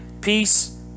peace